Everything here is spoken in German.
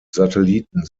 satelliten